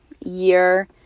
year